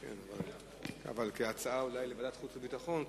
אבל אולי כהצעה להעביר לוועדת החוץ והביטחון,